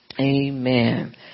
Amen